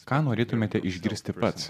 ką norėtumėte išgirsti pats